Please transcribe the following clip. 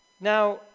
Now